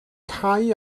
cau